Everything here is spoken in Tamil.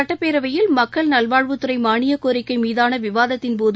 சட்டப் பேரவையில் மக்கள் நல்வாழ்வுத்துறை மானியக் கோரிக்கை மீதான விவாதத்தின்போது